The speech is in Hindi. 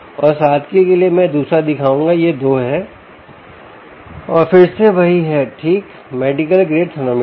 और सादगी के लिए मैं यहां दूसरा दिखाऊंगा यह 2 है यह फिर से वही है ठीक मेडिकल ग्रेड थर्मो मीटर